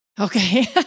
Okay